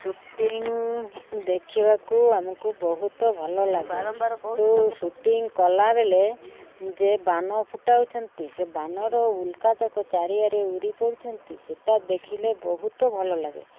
shooting ଦେଖିବାକୁ ଆମକୁ ବହୁତ ଭଲ ଲାଗେ ତ ସୁଟିଂ କଲାବେଳେ ଯେ ବାଣ ଫୁଟାଉଛନ୍ତି ସେ ବାଣର ଉଲ୍କା ଯାକ ଚାରିଆଡ଼େ ଉଡ଼ି ପଡ଼ୁଛନ୍ତି ସେଇଟା ଦେଖିଲେ ବହୁତ ଭଲ ଲାଗେ